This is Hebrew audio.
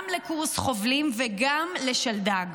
גם לקורס חובלים וגם לשלדג.